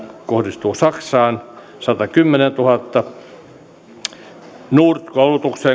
kohdistuu saksaan satakymmentätuhatta nord koulutukseen